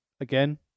again